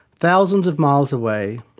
thousands of miles away,